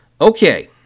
okay